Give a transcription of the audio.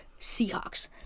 Seahawks